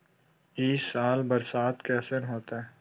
ई साल बरसात कैसन होतय?